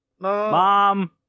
mom